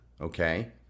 okay